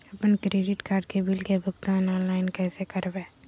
अपन credit card के bill के भुगतान ऑनलाइन कैसे करबैय?